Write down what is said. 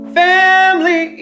family